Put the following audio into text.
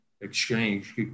exchange